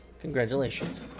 Congratulations